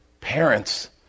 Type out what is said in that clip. Parents